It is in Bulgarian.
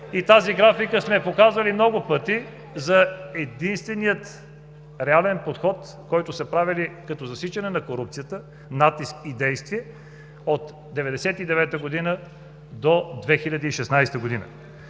тази графика сме я показвали много пъти, за единствения реален подход, който са правили като засичане на корупцията, натиск и действие от 1999 г. до 2016 г.